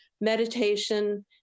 meditation